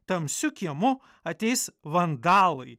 tamsiu kiemu ateis vandalai